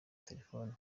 telefone